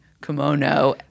kimono